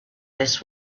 this